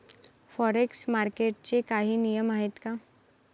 Forex मार्केटचे काही नियम आहेत का?